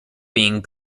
being